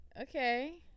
okay